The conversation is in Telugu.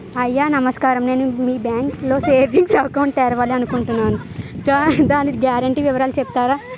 అయ్యా నమస్కారం నేను మీ బ్యాంక్ లో సేవింగ్స్ అకౌంట్ తెరవాలి అనుకుంటున్నాను దాని గ్యారంటీ వివరాలు చెప్తారా?